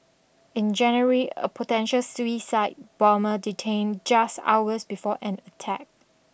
in January a potential suicide bomber detained just hours before an attack